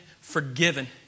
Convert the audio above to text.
forgiven